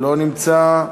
לא נמצא,